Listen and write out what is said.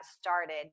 started